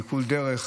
בעיקול דרך,